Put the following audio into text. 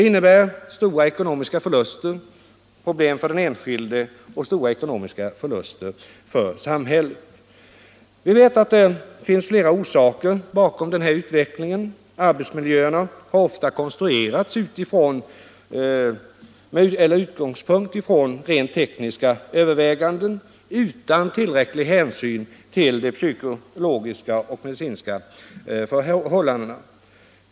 De innebär även stora ekonomiska förluster för den enskilde och för samhället. Det finns flera orsaker bakom denna utveckling. Arbetsmiljöerna har ofta konstruerats med utgångspunkt i rent tekniska överväganden utan tillräcklig hänsyn till psykologiska och medicinska förhållanden.